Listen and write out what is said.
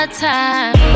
time